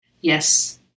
Yes